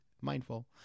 mindful